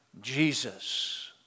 Jesus